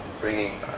bringing